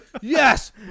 Yes